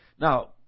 Now